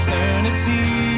Eternity